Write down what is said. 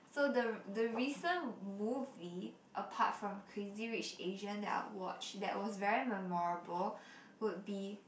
so the the recent movie apart from crazy rich asian that I watched that was very memorable would be